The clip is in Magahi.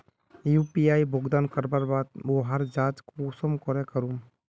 यु.पी.आई भुगतान करवार बाद वहार जाँच कुंसम करे करूम?